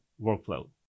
workflow